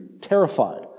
terrified